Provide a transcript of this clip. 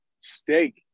steak